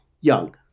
young